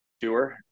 tour